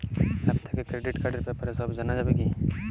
App থেকে credit কার্ডর ব্যাপারে সব জানা যাবে কি?